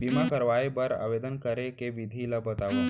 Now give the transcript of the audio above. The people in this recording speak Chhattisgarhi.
बीमा करवाय बर आवेदन करे के विधि ल बतावव?